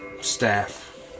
staff